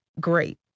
great